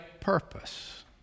purpose